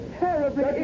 terribly